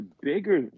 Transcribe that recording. bigger